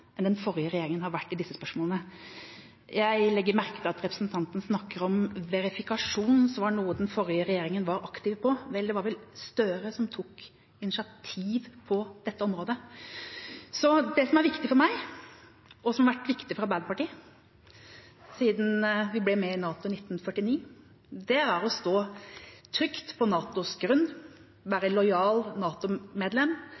enn det den forrige regjeringa har vært i disse spørsmålene. Jeg legger merke til at representanten snakker om verifikasjon som noe den forrige regjeringa var aktiv på. Vel, det var vel Gahr Støre som tok initiativ på det området. Det som er viktig for meg, og som har vært viktig for Arbeiderpartiet siden vi ble med i NATO i 1949, er å stå trygt på NATOs grunn,